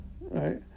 right